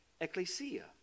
ecclesia